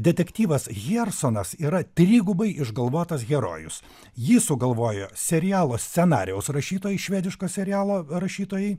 detektyvas hjersonas yra trigubai išgalvotas herojus jį sugalvojo serialo scenarijaus rašytojai švediško serialo rašytojai